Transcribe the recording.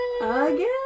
Again